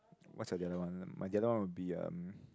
what's the other one my the other one will be um